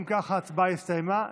אם כך, ההצבעה הסתיימה.